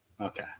Okay